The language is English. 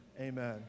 amen